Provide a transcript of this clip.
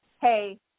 Hey